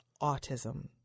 autism